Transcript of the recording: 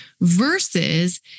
versus